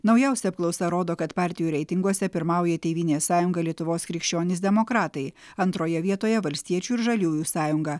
naujausia apklausa rodo kad partijų reitinguose pirmauja tėvynės sąjunga lietuvos krikščionys demokratai antroje vietoje valstiečių ir žaliųjų sąjunga